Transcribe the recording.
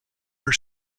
her